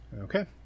Okay